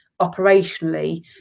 operationally